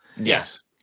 Yes